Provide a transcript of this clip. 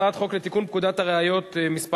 הצעת חוק סדר הדין הפלילי (תיקון מס'